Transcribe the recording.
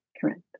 Correct